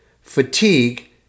fatigue